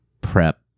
prep